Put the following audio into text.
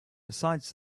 besides